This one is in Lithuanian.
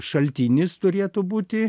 šaltinis turėtų būti